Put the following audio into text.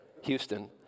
Houston